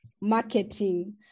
marketing